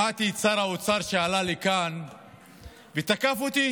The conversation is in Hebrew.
שמעתי את שר האוצר שעלה לכאן ותקף אותי